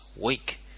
week